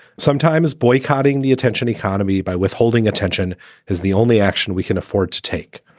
sometimes boycotting the attention economy by withholding attention is the only action we can afford to take.